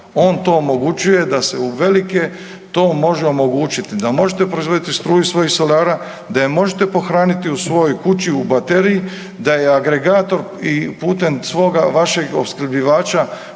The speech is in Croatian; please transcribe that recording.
On to omogućuje da se uvelike to može omogućiti, da možete proizvoditi struju iz svojih solara, da je možete pohraniti u svojoj kući u bateriji, a je agregator i putem svoga, vašeg opskrbljivača